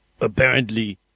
Apparently